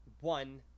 one